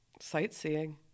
sightseeing